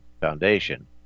Foundation